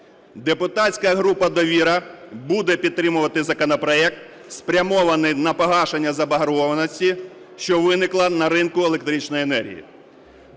Депутатська група "Довіра" буде підтримувати законопроект, спрямований на погашення заборгованості, що виникла на ринку електричної енергії.